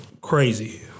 crazy